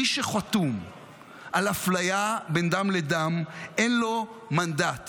מי שחתום על אפליה בין דם לדם, אין לו מנדט